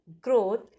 growth